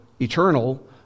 eternal